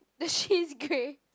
the shit is grey